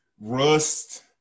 rust